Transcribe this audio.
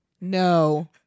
No